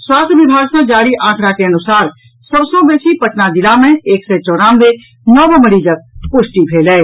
स्वास्थ्य विभाग सँ जारी आंकड़ा के अनुसार सभ सँ बेसी पटना जिला मे एक सय चौरानवे नव मरीजक पुष्टि भेल अछि